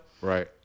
Right